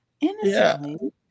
innocently